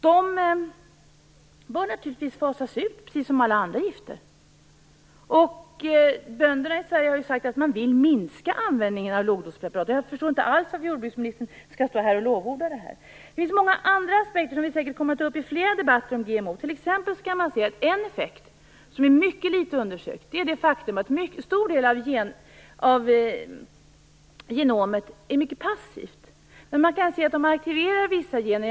De bör naturligtvis fasas ut, precis som alla andra gifter. Bönderna i Sverige har ju sagt att man vill minska användningen av lågdospreparat. Jag förstår inte alls varför jordbruksministern skall lovorda detta. Det finns många andra aspekter som vi säkert kommer att ta upp i flera debatter om GMO, t.ex. kan man se en effekt som är mycket litet undersökt. Det är det faktum att en stor del av genomet är mycket passivt. Men man kan se att det aktiverar vissa gener.